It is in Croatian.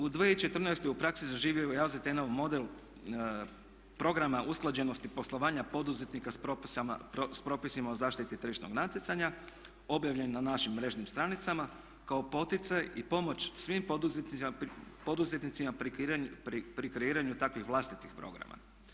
U 2014. u praksi zaživio je … model programa usklađenosti poslovanja poduzetnika s propisima o zaštiti tržišnog natjecanja objavljen na našim mrežnim stranicama kao poticaj i pomoć svim poduzetnicima pri kreiranju takvih vlastitih programa.